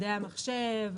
מדעי המחשב,